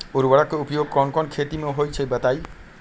उर्वरक के उपयोग कौन कौन खेती मे होई छई बताई?